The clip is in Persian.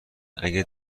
اگه